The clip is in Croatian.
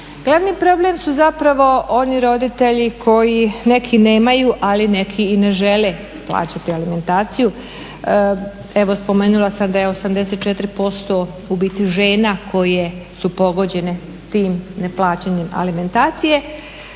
Glavni problem su zapravo oni roditelji koji, neki nemaju ali neki i ne žele plaćati alimentaciju. Evo spomenula sam da je 84% u biti žena koje su pogođene tim neplaćanjem alimentacije.